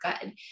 good